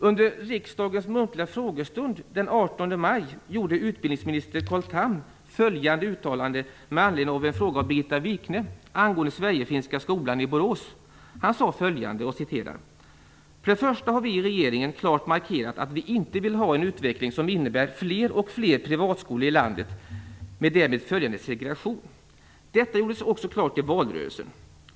Under riksdagens muntliga frågestund den 18 maj gjorde utbildningsminister Carl Tham följande uttalande med anledning av en fråga av Birgitta Wichne angående Sverigefinska skolan i Borås. Han sade följande: "För det första har vi i regeringen klart markerat att vi inte vill ha en utveckling som innebär fler och fler privatskolor i landet med därmed följande segregation. Detta gjordes också klart i valrörelsen.